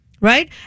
Right